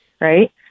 right